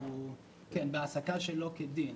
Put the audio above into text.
תיווך בהעסקה שלא כדין,